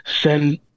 send